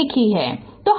तो हम इसे स्पष्ट कर दे